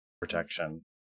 protection